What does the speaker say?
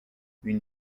une